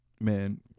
Man